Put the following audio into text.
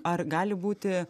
ar gali būti